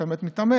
שאתה באמת מתאמץ.